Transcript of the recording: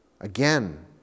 Again